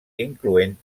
incloent